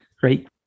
great